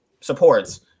supports